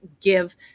give